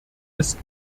ist